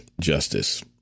justice